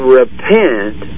repent